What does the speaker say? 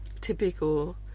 typical